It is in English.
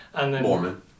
Mormon